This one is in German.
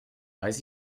weiß